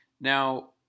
Now